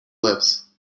labs